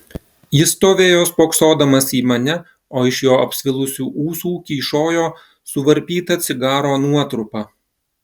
jis stovėjo spoksodamas į mane o iš jo apsvilusių ūsų kyšojo suvarpyta cigaro nuotrupa